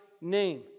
name